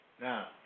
Now